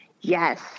Yes